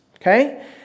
okay